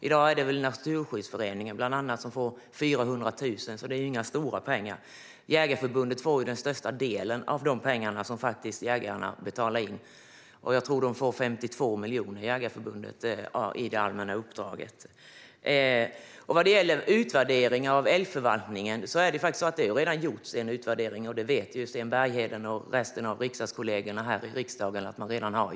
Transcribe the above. I dag rör det sig väl bland annat om Naturskyddsföreningen, som får 400 000, så det handlar inte om några stora pengar. Jägareförbundet får den största delen av de pengar som jägarna betalar in - jag tror att man får 52 miljoner i det allmänna uppdraget. Det har redan gjorts en utvärdering av älgförvaltningen, och det vet Sten Bergheden och resten av kollegorna här i riksdagen.